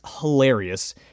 hilarious